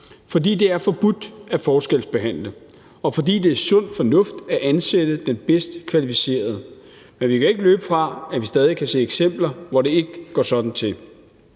fordi det er forbudt at forskelsbehandle, og fordi det er sund fornuft at ansætte den bedst kvalificerede; men vi kan ikke løbe fra, at vi stadig kan se eksempler på, at det ikke går sådan til.